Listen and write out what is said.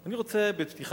אני מזמין אותך